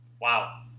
wow